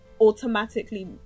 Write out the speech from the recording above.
automatically